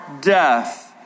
death